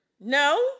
No